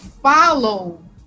follow